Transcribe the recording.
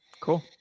Cool